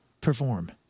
perform